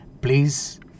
Please